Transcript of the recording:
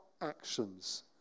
actions